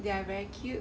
they are very cute